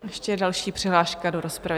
A ještě je další přihláška do rozpravy.